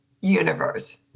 universe